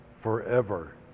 forever